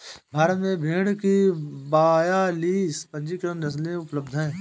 भारत में भेड़ की बयालीस पंजीकृत नस्लें उपलब्ध हैं